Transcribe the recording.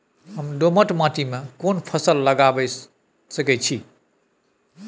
हम दोमट माटी में कोन फसल लगाबै सकेत छी?